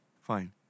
Fine